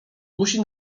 musi